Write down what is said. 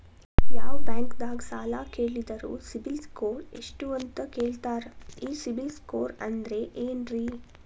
ಯಾವ ಬ್ಯಾಂಕ್ ದಾಗ ಸಾಲ ಕೇಳಿದರು ಸಿಬಿಲ್ ಸ್ಕೋರ್ ಎಷ್ಟು ಅಂತ ಕೇಳತಾರ, ಈ ಸಿಬಿಲ್ ಸ್ಕೋರ್ ಅಂದ್ರೆ ಏನ್ರಿ?